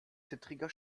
zittriger